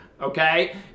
okay